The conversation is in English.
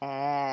eh